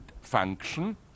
function